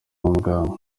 muganga